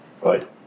right